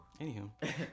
Anywho